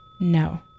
No